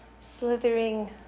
slithering